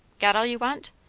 got all you want?